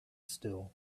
still